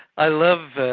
i love,